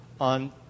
on